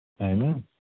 Amen